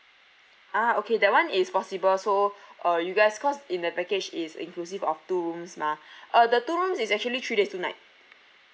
ah okay that [one] is possible so uh you guys cause in the package is inclusive of two rooms mah uh the two rooms is actually three days two night